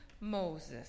Moses